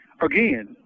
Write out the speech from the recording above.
Again